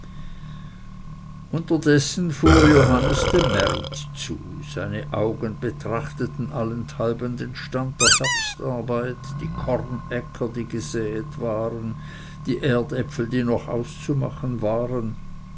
unterdessen fuhr johannes dem märit zu seine augen betrachteten allenthalben den stand der herbstarbeit die kornäcker die gesäet waren die erdäpfel die noch auszumachen waren